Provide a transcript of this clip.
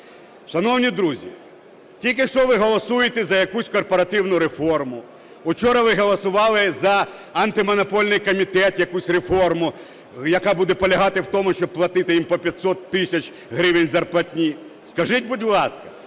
Шановні друзі, тільки що ви голосуєте за якусь корпоративну реформу, вчора ви голосували за Антимонопольний комітет якусь реформу, яка буде полягати в тому, щоб платити їм по 500 тисяч гривень зарплатні. Скажіть, будь ласка,